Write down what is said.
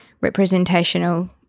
representational